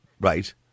Right